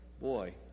Boy